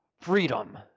freedom